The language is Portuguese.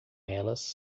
elas